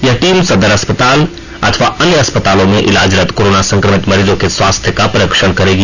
यह टीम सदर अस्पताल अथवा अन्य अस्पतालों में इलाजरत कोरोना संक्रमित मरीजों के स्वास्थ्य का परीक्षण करेगी